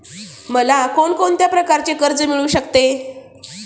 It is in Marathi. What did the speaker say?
मला कोण कोणत्या प्रकारचे कर्ज मिळू शकते?